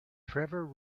trevor